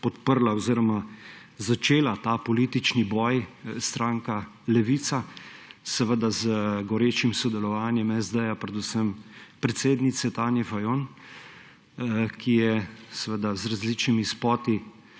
oziroma začela ta politični boj stranka Levica, seveda z gorečim sodelovanjem SD, predvsem predsednice Tanje Fajon, ki je seveda z različnimi spoti